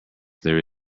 there